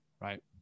right